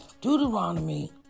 Deuteronomy